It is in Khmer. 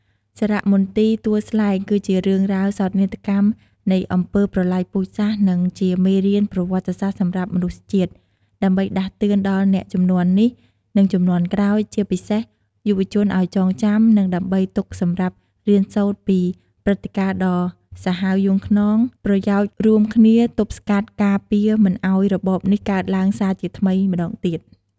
សារមន្ទីរទួលស្លែង គឺជារឿងរ៉ាវសោកនាដកម្ម នៃអំពើប្រល័យពូជសាសន៍ និងជាមេរៀនប្រវត្តិសាស្ត្រសម្រាប់មនុស្សជាតិ ដើម្បីដាស់តឿនដល់អ្នកជំនាន់នេះ និងជំនាន់ក្រោយ ជាពិសេសយុវជនឱ្យចងចាំ និងដើម្បីទុកសម្រាប់ រៀនសូត្រពីព្រឹត្តិការណ៍ដ៏សាហាវយង់ឃ្នង ប្រយោជន៍រួមគ្នាទប់ស្កាត់ការពារមិនឱ្យរបបនេះកើតឡើងសារជាថ្មីម្ដងទៀត។